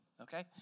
okay